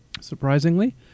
surprisingly